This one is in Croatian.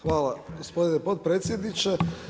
Hvala gospodine potpredsjedniče.